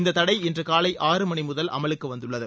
இந்த தடை இன்று காலை ஆறு மணி முதல் அமலுக்கு வந்துள்ளது